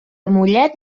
mollet